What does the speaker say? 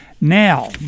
Now